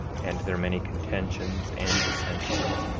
and their many contentions and dissensions,